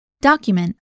Document